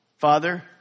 Father